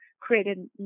created